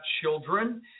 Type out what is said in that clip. children